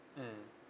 mmhmm